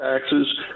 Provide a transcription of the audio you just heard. taxes